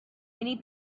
many